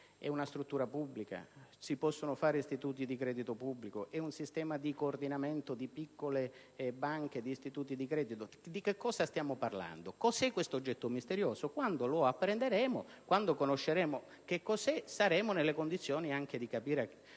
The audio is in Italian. o una struttura pubblica? Si possono creare istituti di credito pubblico? È un sistema di coordinamento di piccole banche e istituti di credito? Di cosa stiamo parlando? Cosa è questo oggetto misterioso? Quando lo apprenderemo e sapremo cos'è, allora saremo anche nelle condizioni di capire